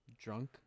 Drunk